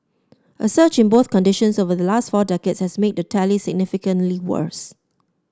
a surge in both conditions over the last four decades has made the tally significantly worse